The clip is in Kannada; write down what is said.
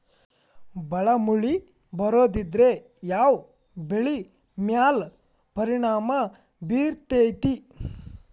ಭಾಳ ಮಳಿ ಬರೋದ್ರಿಂದ ಯಾವ್ ಬೆಳಿ ಮ್ಯಾಲ್ ಪರಿಣಾಮ ಬಿರತೇತಿ?